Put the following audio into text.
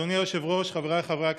אדוני היושב-ראש, חבריי חברי הכנסת,